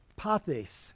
pathes